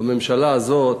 בממשלה הזאת,